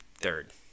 third